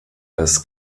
als